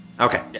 Okay